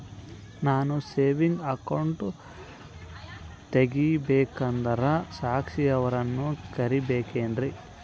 ನಾನು saving account ತೆಗಿಬೇಕಂದರ ಸಾಕ್ಷಿಯವರನ್ನು ಕರಿಬೇಕಿನ್ರಿ?